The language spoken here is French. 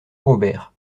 robert